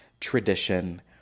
tradition